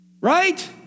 right